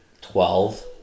Twelve